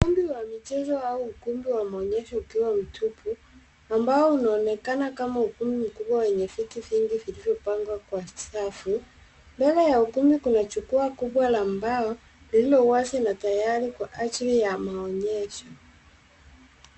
Ukumbi wa michezo au ukumbi wa maonyesho ukiwa mtupu, ambao unaonekana kama ukumbi mkubwa wenye viti vingi vilizopangwa kwa stafu. Mbele ya ukumbi kuna jukwaa kubwa la mbao lililo wazi na tayari kwa ajili ya maonyesho.